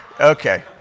Okay